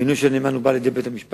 המינוי של הנאמן גובה על-ידי בית-המשפט.